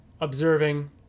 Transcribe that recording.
observing